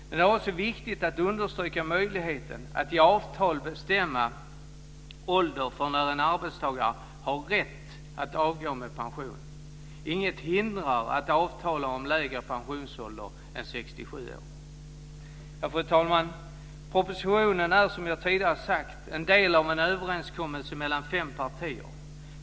Men det är också viktigt att understryka möjligheten att i avtal bestämma ålder för när en arbetstagare har rätt att avgå med pension. Inget hindrar att avtala om lägre pensionsålder än 67 år. Fru talman! Propositionen är, som jag tidigare sagt, en del av en överenskommelse mellan fem partier.